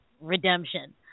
Redemption